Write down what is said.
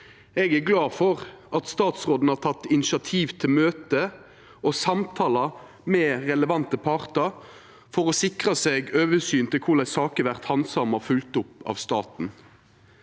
Eg er glad for at statsråden har teke initiativ til møte og samtalar med relevante partar for å sikra seg oversyn om korleis saker vert handsama og følgde opp av staten.